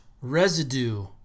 residue